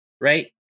right